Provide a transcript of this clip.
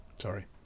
Sorry